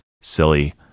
silly